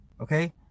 Okay